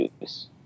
use